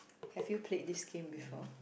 have you played this game before